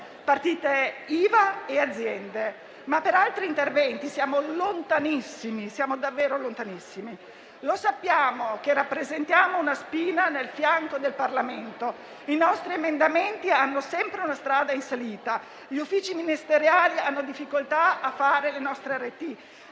partite IVA e aziende, ma per altri interventi siamo davvero lontanissimi. Lo sappiamo che rappresentiamo una spina nel fianco del Parlamento. I nostri emendamenti hanno sempre una strada in salita. Gli uffici ministeriali hanno difficoltà a fare le nostre